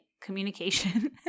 communication